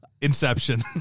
Inception